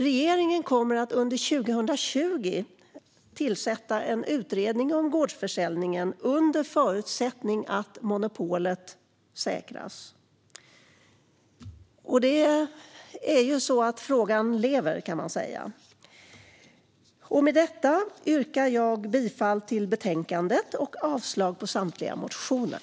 Regeringen kommer under 2020 att tillsätta en utredning om gårdsförsäljning, under förutsättning att monopolet säkras. Med detta yrkar jag bifall till förslaget i betänkandet och avslag på samtliga motioner.